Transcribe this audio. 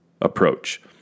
approach